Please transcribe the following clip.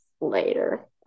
later